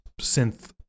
synth